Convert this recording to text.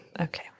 Okay